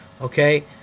okay